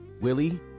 Willie